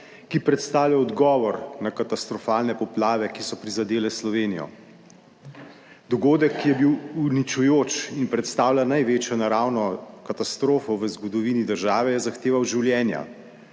ki predstavlja odgovor na katastrofalne poplave, ki so prizadele Slovenijo. Dogodek, ki je bil uničujoč in predstavlja največjo naravno katastrofo v zgodovini države, je zahteval življenja,